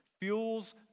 fuels